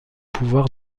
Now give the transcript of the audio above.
pouvoir